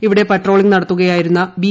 ഇവിടെ പട്രോളിങ് നടത്തുകയായിരുന്ന ബി